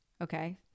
Okay